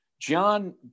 John